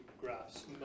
graphs